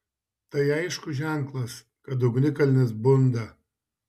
tai aiškus ženklas kad ugnikalnis bunda